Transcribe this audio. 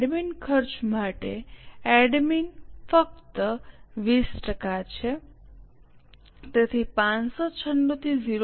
admin ખર્ચ માટે admin ખર્ચ ફક્ત 20 ટકા છે તેથી 596 થી 0